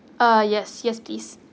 uh yes yes please